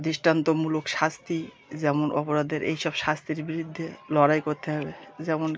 দৃষ্টান্তমূলক শাস্তি যেমন অপরাধের এই সব শাস্তির বিরিদ্ধে লড়াই করতে হবে যেমন